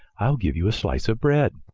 i'll give you a slice of bread.